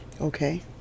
Okay